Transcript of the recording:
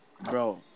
bro